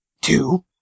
two